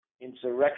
insurrection